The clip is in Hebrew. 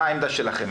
מה העמדה שלכם?